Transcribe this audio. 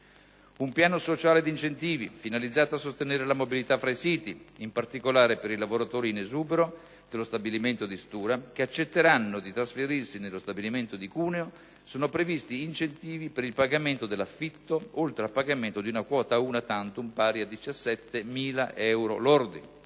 un piano sociale di incentivi finalizzato a sostenere la mobilità tra i siti. In particolare, per i lavoratori in esubero dello stabilimento di Stura che accetteranno di trasferirsi nello stabilimento di Cuneo, sono previsti incentivi per il pagamento dell'affitto, oltre al pagamento di una quota *una tantum* pari a 17.000 euro lordi;